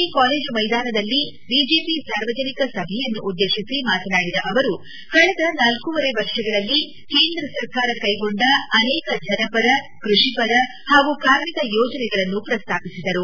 E college ಮೈದಾನದಲ್ಲಿ BJP ಸಾರ್ವಜನಿಕ ಸಭೆಯನ್ನು ಉದ್ವೇಶಿಸಿ ಮಾತನಾಡಿದ ಅವರು ಕಳೆದ ನಾಲ್ಕೂವರೆ ವರ್ಷಗಳಲ್ಲಿ ಕೇಂದ್ರ ಸರ್ಕಾರ ಕೈಗೊಂಡ ಅನೇಕ ಜನಪರ ಕೃಷಿಪರ ಹಾಗೂ ಕಾರ್ಮಿಕ ಯೋಜನೆಗಳನ್ನು ಪ್ರಸ್ತಾಪಿಸಿದರು